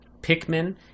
Pikmin